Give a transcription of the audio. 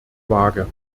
vage